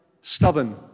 stubborn